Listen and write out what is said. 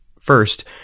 First